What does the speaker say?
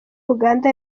uganda